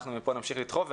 מפה נמשיך לדחוף.